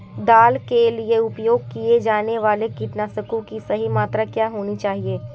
दाल के लिए उपयोग किए जाने वाले कीटनाशकों की सही मात्रा क्या होनी चाहिए?